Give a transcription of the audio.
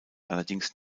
allerdings